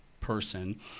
person